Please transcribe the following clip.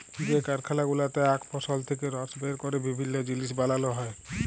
যে কারখালা গুলাতে আখ ফসল থেক্যে রস বের ক্যরে বিভিল্য জিলিস বানাল হ্যয়ে